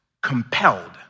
compelled